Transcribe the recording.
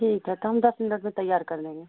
ठीक है तो हम दस मिनट में तैयार कर लेंगे